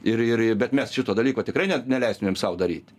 ir ir i bet mes šito dalyko tikrai ne neleistumėm sau daryt